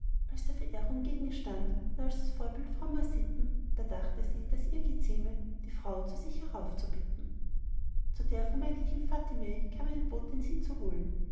als der verehrung gegenstand und als das vorbild frommer sitten da dachte sie daß ihr gezieme die frau zu sich heraufzubitten zu der vermeintlichen fatime kam eine botin sie zu holen